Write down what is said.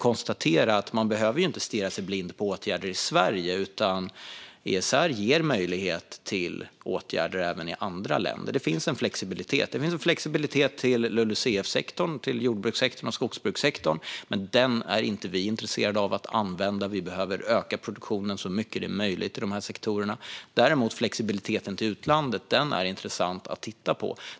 Man behöver inte stirra sig blind på åtgärder i Sverige, utan ESR ger möjlighet till åtgärder även i andra länder. Det finns en flexibilitet till LULUCF-sektorn, jordbrukssektorn och skogsbrukssektorn, men den är vi inte intresserade av att använda. Produktionen behöver ökas så mycket som möjligt i de sektorerna. Däremot är flexibiliteten till utlandet intressant att titta på.